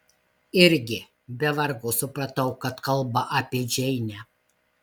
irgi be vargo supratau kad kalba apie džeinę